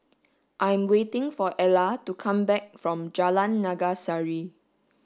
I am waiting for Ellar to come back from Jalan Naga Sari